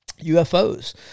UFOs